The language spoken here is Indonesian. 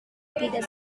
tidak